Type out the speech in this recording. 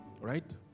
Right